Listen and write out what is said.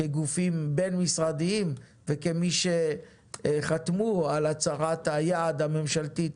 כגופים בין-משרדיים וכמי שחתמו על הצהרת היעד הממשלתית.